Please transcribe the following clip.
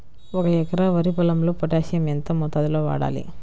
ఒక ఎకరా వరి పొలంలో పోటాషియం ఎంత మోతాదులో వాడాలి?